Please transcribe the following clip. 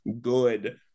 good